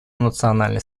национальной